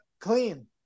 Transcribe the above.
clean